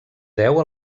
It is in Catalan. deu